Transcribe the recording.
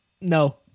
No